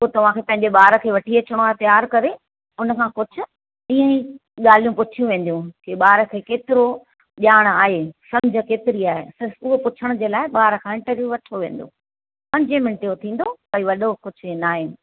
पोइ तव्हांखे पंहिंजे ॿार खे वठी अचिणो आहे तयारु करे हुनखां कुझु ईअं ई ॻाल्हियूं पुछियूं वेंदियूं कि ॿार खे केतिरो ॼाण आहे सम्झि केतिरी आहे त उहो पुछण जे लाइ ॿार खां इंटरव्यू वठो वेंदो पंजे मिंटे जो थींदो कोई वॾो कुझु ईअं न आहे